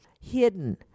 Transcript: hidden